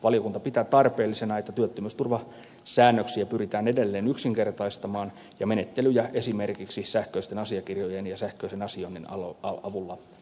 valiokunta pitää tarpeellisena että työttömyysturvasäännöksiä pyritään edelleen yksinkertaistamaan ja menettelyjä esimerkiksi sähköisten asiakirjojen ja sähköisen asioinnin avulla nopeuttamaan